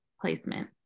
placement